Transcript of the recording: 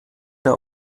der